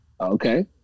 Okay